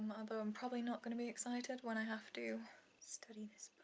um although i'm probably not gonna be excited when i have to study this